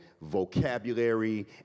vocabulary